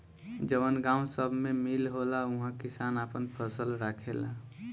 जवन गावं सभ मे मील होला उहा किसान आपन फसल राखेला